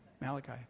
Malachi